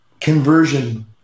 conversion